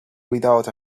without